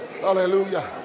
hallelujah